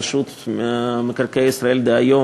רשות מקרקעי ישראל דהיום,